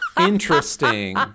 interesting